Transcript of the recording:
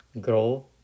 grow